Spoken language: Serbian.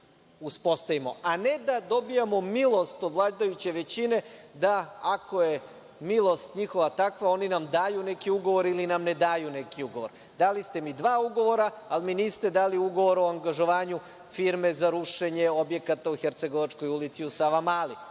a ne da dobijamo milost od vladajuće većine, da ako je milost njihova takva, oni nam daju neki ugovor ili nam ne daju neki ugovor. Dali ste mi dva ugovora, ali mi niste dali ugovor o angažovanju firme za rušenje objekata u Hercegovačkoj ulici u Savamali.